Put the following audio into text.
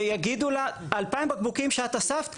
והם יגידו לה 2,000 בקבוקים שאת אספת,